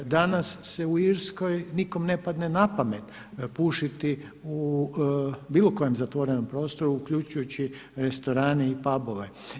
Danas se u Irskoj ne padne napamet pušiti u bilo kojem zatvorenom prostoru uključujući restorane i pabove.